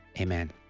Amen